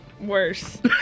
worse